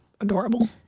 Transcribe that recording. adorable